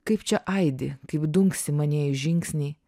kaip čia aidi kaip dunksi manieji žingsniai